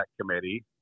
committee